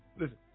listen